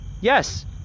Yes